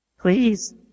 Please